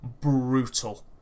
brutal